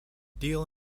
deal